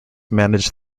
manage